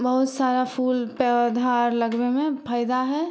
बहुत सारा फूल पौधा आओर लगबै मे फायदा है